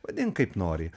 vadink kaip nori